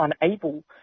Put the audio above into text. unable